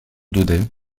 daudet